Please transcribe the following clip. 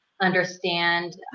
understand